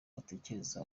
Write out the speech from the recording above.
atekereza